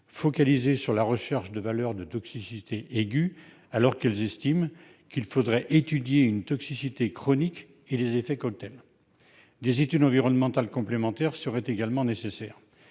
focalisée sur la recherche de valeurs de toxicité aiguë, alors qu'elles estiment qu'il faudrait étudier une toxicité chronique et des effets « cocktail ». Des études environnementales complémentaires seraient également nécessaires.